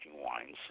wines